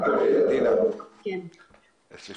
האם על סמך